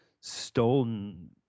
stolen